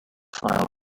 file